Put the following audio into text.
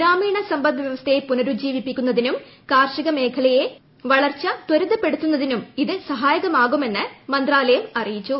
ഗ്രാമീണ സമ്പദ് വ്യവസ്ഥയെ പുനരുജ്ജീവിപ്പിക്കുന്നതിനും കാർഷിക മേഖലയിലെ വളർച്ച ത്വരിതപ്പെടുത്തുന്നതിനും ഇത് സഹായകമാകുമെന്ന് മന്ത്രാലയം അറിയിച്ചു